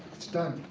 it's done.